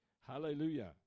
Hallelujah